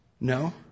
No